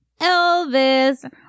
Elvis